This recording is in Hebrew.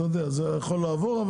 זה יכול לעבור,